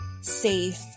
safe